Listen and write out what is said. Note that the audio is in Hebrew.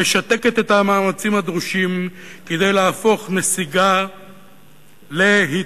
המשתקת את המאמצים הדרושים כדי להפוך נסיגה להתקדמות".